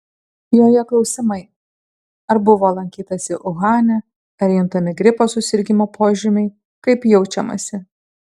joje klausimai ar buvo lankytasi uhane ar juntami gripo susirgimo požymiai kaip jaučiamasi